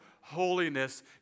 holiness